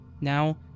Now